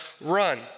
run